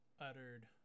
uttered